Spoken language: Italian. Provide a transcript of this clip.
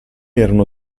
erano